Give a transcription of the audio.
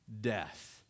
Death